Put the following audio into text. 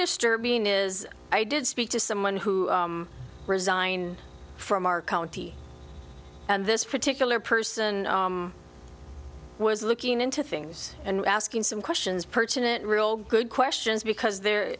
disturbing is i did speak to someone who resigned from our county and this particular person was looking into things and asking some questions perching it real good questions because the